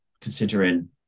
considering